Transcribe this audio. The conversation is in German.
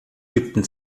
übten